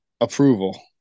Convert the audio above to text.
Approval